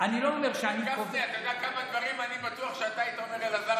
אתה יודע כמה דברים אני בטוח שאתה היית אומר: אלעזר,